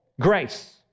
Grace